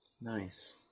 Nice